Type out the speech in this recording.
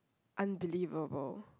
unbelievable